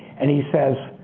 and he says,